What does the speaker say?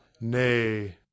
nay